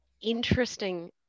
interesting